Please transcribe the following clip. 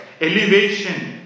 elevation